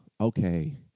Okay